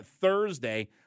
Thursday